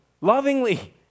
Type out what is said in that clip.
lovingly